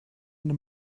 into